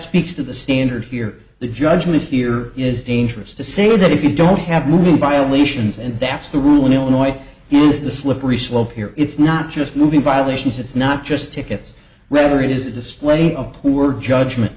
speaks to the standard here the judgment here is dangerous to say that if you don't have moving violations and that's the rule in illinois use the slippery slope here it's not just moving violations it's not just tickets rather it is the display of poor judgment